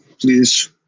please